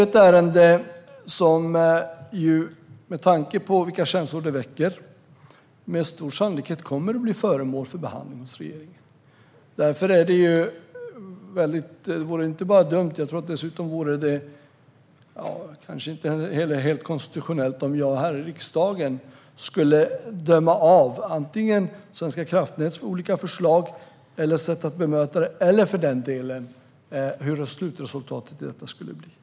Detta ärende kommer med stor sannolikhet att bli föremål för behandling hos regeringen, med tanke på de känslor det väcker. Därför vore det dumt och kanske heller inte helt konstitutionellt korrekt om jag här i riksdagen skulle döma av Svenska kraftnäts olika förslag och dess bemötande eller hur slutresultatet ska bli.